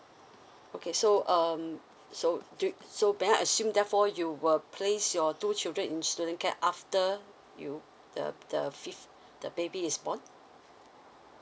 okay so um so do you so may I assume therefore you will place your two children in student care after you the the fifth the baby is born